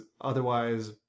otherwise